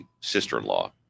sister-in-law